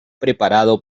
preparado